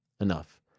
Enough